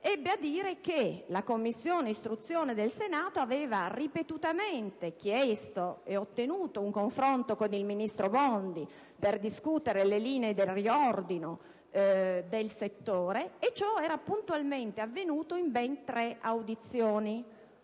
Bondi, che la Commissione istruzione del Senato aveva ripetutamente chiesto e ottenuto un confronto con il ministro Bondi per discutere le linee del riordino del settore e che ciò era puntualmente avvenuto in ben tre audizioni: